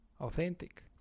authentic